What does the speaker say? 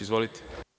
Izvolite.